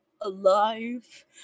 alive